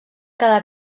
quedà